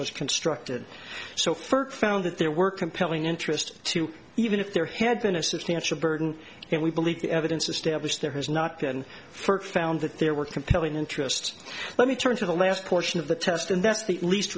was constructed so first found that there were compelling interest to even if there had been a substantial burden and we believe the evidence established there has not been first found that there were compelling interest let me turn to the last portion of the test and that's the least